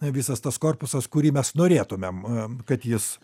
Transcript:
visas tas korpusas kurį mes norėtumėm kad jis